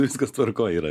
viskas tvarkoj yra